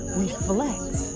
reflect